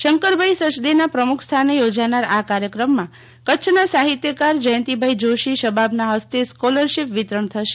શંકરભાઈ સચદેના પ્રમુખ સ્થાને યોજાનાર આ કાર્યક્રમમાં કચ્છના સાહિત્યકાર જયંતિભાઈ જોશી શબાબના હસ્તે સ્કોલરશીપ વિતરણ થશે